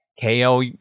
KO